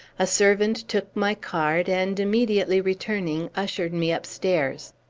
a servant took my card, and, immediately returning, ushered me upstairs.